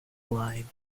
line